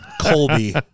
Colby